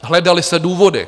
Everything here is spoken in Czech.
Hledaly se důvody.